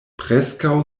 preskaŭ